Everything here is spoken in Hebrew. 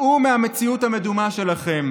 צאו מהמציאות המדומה שלכם.